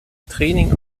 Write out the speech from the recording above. training